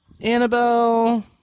Annabelle